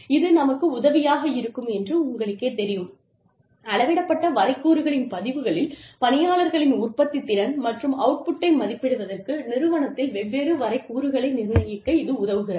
இது நமக்கு உதவியாக இருக்கும் என்று உங்களுக்கேத் தெரியும் அளவிடப்பட்ட வரைகூறுகளின் பதிவுகளில் பணியாளர்களின் உற்பத்தித்திறன் மற்றும் அவுட் புட்டை மதிப்பிடுவதற்கு நிறுவனத்தில் வெவ்வேறு வரைகூறுகளை நிர்ணயிக்க இது உதவுகிறது